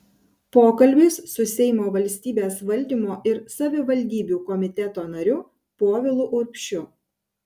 pokalbis su seimo valstybės valdymo ir savivaldybių komiteto nariu povilu urbšiu